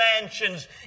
mansions